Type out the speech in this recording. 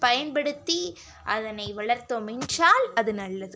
பயன்படுத்தி அதனை வளர்த்தோம் என்றால் அது நல்லது